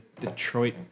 Detroit